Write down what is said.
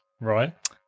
Right